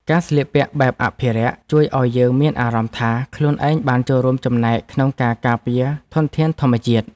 ការស្លៀកពាក់បែបអភិរក្សជួយឱ្យយើងមានអារម្មណ៍ថា ខ្លួនឯងបានចូលរួមចំណែកក្នុងការការពារធនធានធម្មជាតិ។